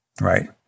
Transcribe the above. Right